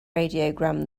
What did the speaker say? radiogram